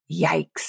Yikes